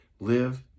Live